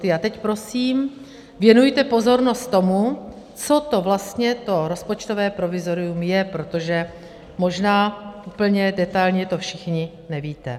A teď prosím věnujte pozornost tomu, co to vlastně to rozpočtové provizorium je, protože možná úplně detailně to všichni nevíte.